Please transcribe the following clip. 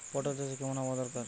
পটল চাষে কেমন আবহাওয়া দরকার?